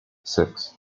six